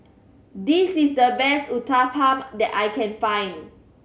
this is the best Uthapam that I can find